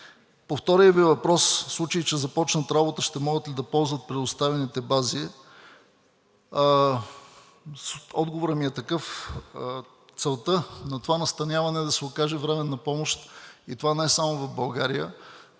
По втория Ви въпрос – в случай че започнат работа, ще могат ли да ползват предоставените бази? Отговорът ми е такъв: целта на това настаняване е да се окаже временна помощ и това не е само в България,